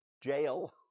jail